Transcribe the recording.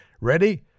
Ready